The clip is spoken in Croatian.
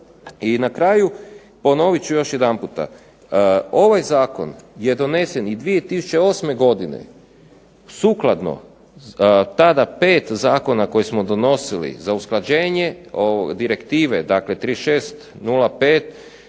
I na kraju ponovit ću još jedanputa, ovaj zakon je donesen i 2008. godine sukladno tada 5 zakona koje smo donosili za usklađenje direktive, dakle 36/05